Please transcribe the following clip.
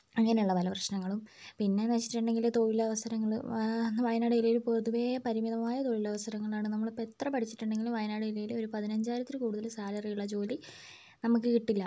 അങ്ങനെയുള്ള പല പ്രശ്നങ്ങളും പിന്നെ എന്ന് വെച്ചിട്ടുണ്ടെങ്കിൽ തൊഴിലവസരങ്ങൾ വയനാട് ജില്ലയിലെ പൊതുവേ പരിമിതമായ തൊഴിലവസരങ്ങളാണ് നമ്മളിപ്പോൾ എത്ര പഠിച്ചിട്ടുണ്ടെങ്കിലും വയനാട് ജില്ലയിൽ ഒരു പതിനഞ്ചായിരത്തിൽ കൂടുതൽ സാലറി ഉള്ള ജോലി നമുക്ക് കിട്ടില്ല